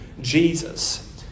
Jesus